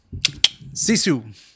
Sisu